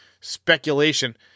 speculation